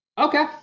Okay